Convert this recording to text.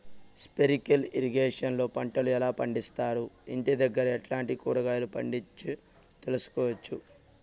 Sprinkle irrigation లో పంటలు ఎలా పండిస్తారు, ఇంటి దగ్గరే ఎట్లాంటి కూరగాయలు పండించు తెలుసుకోవచ్చు?